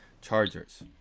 Chargers